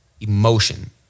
emotion